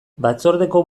batzordeko